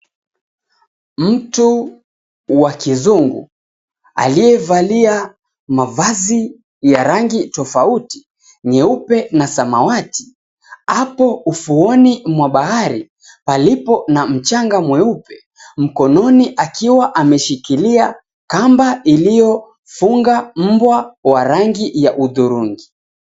Mtu wa kizungu, aliyevalia mavazi ya rangi tofauti, nyeupe na samawati. Hapo ufuoni mwa bahari, palipo na mchanga mweupe. Mkononi akiwa ameshikilia kamba iliyofunga mbwa wa rangi ya hudhurungi.